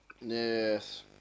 Yes